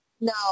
no